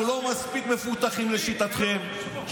אנחנו לא מספיק מפותחים, לשיטתכם,